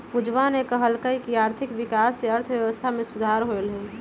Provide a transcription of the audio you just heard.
पूजावा ने कहल कई की आर्थिक विकास से अर्थव्यवस्था में सुधार होलय है